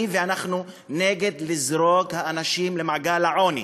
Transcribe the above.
אני ואנחנו נגד לזרוק אנשים למעגל העוני,